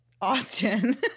Austin